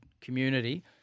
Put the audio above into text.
community